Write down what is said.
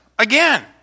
Again